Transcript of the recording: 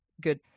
good